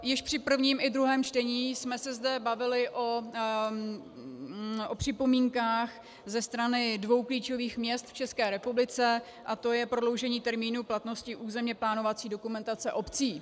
Již při prvním i druhém čtení jsme se zde bavili o připomínkách ze strany dvou klíčových měst v České republice, a to je prodloužení termínu platnosti územně plánovací dokumentace obcí.